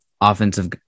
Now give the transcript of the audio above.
offensive